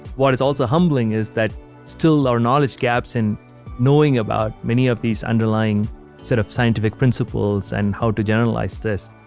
what is also humbling is that still are knowledge gaps, and knowing about many of these underlying set of scientific principles and how to generalize this,